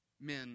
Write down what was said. men